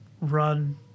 run